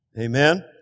Amen